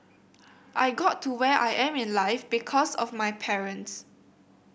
I got to where I am in life because of my parents